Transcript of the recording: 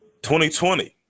2020